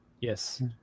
Yes